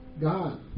God